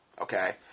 okay